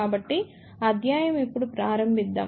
కాబట్టి అధ్యాయము ఇప్పుడు ప్రారంభిద్దాం